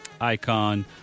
icon